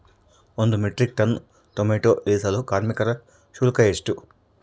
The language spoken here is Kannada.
ಒಂದು ಮೆಟ್ರಿಕ್ ಟನ್ ಟೊಮೆಟೊ ಇಳಿಸಲು ಕಾರ್ಮಿಕರ ಶುಲ್ಕ ಎಷ್ಟು?